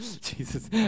Jesus